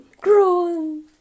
groan